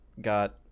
got